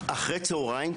אחרי צוהריים,